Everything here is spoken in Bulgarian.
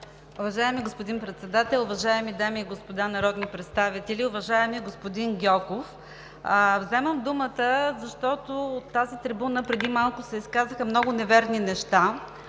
Уважаеми господин Председател, уважаеми дами и господа народни представители! Уважаеми господин Гьоков, вземам думата, защото от тази трибуна преди малко се изказаха много неверни неща,